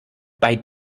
bei